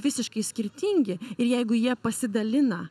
visiškai skirtingi ir jeigu jie pasidalina